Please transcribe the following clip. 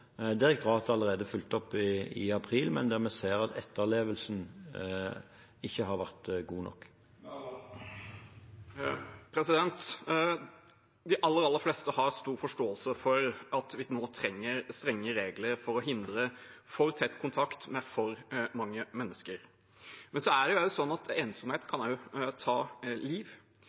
opp allerede i april, men der vi ser at etterlevelsen ikke har vært god nok. De aller, aller fleste har stor forståelse for at vi nå trenger strenge regler for å hindre for tett kontakt med for mange mennesker, men det er også sånn at ensomhet kan ta liv.